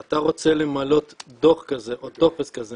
אבל כשאתה רוצה למלא דוח כזה או טופס כזה